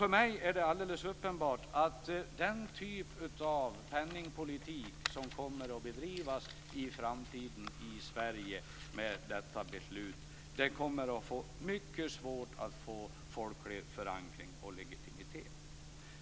För mig är det alldeles uppenbart att den typ av penningpolitik som kommer att bedrivas i framtiden i Sverige med detta beslut kommer att få mycket svårt att få folklig förankring och legitimitet.